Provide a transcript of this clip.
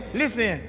listen